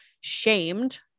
shamed